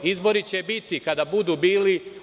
Izbori će biti kada budu bili.